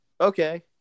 okay